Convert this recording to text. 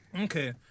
Okay